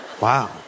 Wow